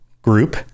group